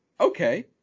Okay